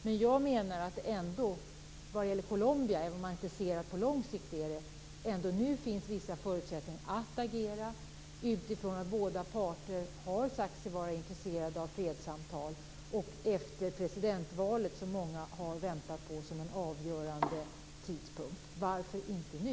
Men jag menar ändå att det vad gäller Colombia, även om man inte ser att det är så på lång sikt, finns vissa förutsättningar att agera, utifrån att båda parter har sagt sig vara intresserade av fredssamtal, och efter presidentvalet, som många har väntat på som en avgörande tidpunkt. Varför inte nu?